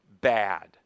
bad